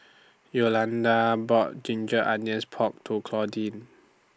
Yolanda bought Ginger Onions Pork to Claudine